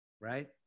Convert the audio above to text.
right